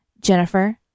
Jennifer